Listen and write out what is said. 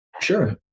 Sure